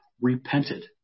repented